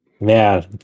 man